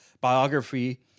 biography